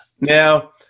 Now